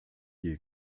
die